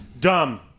dumb